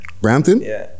Brampton